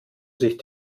sich